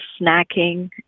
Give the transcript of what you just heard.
snacking